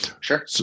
Sure